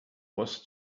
was